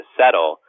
settle